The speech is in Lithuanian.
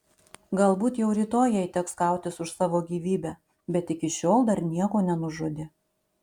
galbūt jau rytoj jai teks kautis už savo gyvybę bet iki šiol dar nieko nenužudė